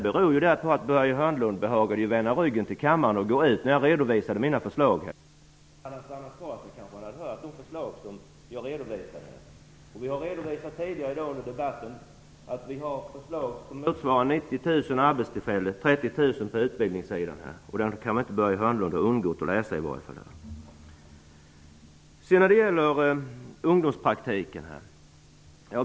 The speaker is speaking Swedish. Börje Hörnlund behagade ju vända ryggen till kammaren och gå ut när jag redovisade mina förslag. Om han hade stannat kvar hade han kanske hört de förslag som jag redogjorde för. Vi har tidigare i debatten sagt att vi har förslag som motsvarar 90 000 arbetstillfällen och 30 000 platser på utbildningssidan. Börje Hörnlund kan väl inte ha undgått att i varje fall läsa om det.